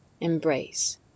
embrace